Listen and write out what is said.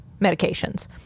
medications